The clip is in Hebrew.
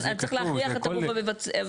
צריך להכריח את הגוף המבצע.